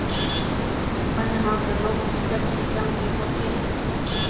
बन ह घलोक बिकट किसम के होथे